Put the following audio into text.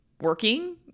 working